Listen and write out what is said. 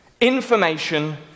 Information